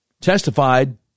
testified